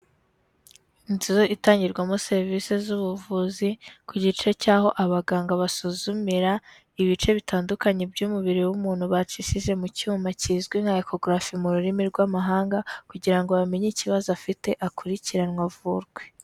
Inzu itangirwamo serivisi z'ubuvuzi , ku gice cy'aho abaganga basuzumira, ibice bitandukanye by'umubiri w'umuntu bacishije mu cyuma kizwi nka echographie mu rurimi rw'amahanga, kugira ngo bamenye ikibazo afite akurikiranwe avurwe.